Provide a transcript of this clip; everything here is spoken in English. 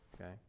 Okay